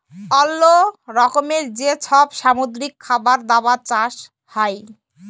অল্লো রকমের যে সব সামুদ্রিক খাবার দাবার চাষ হ্যয়